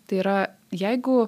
tai yra jeigu